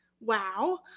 Wow